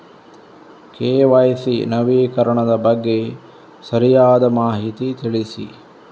KYC ನವೀಕರಣದ ಬಗ್ಗೆ ಸರಿಯಾದ ಮಾಹಿತಿ ತಿಳಿಸಿ?